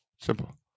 simple